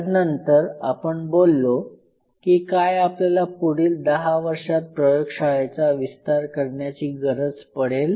तदनंतर आपण बोललो की काय आपल्याला पुढील दहा वर्षात प्रयोगशाळेचा विस्तार करण्याची गरज पडेल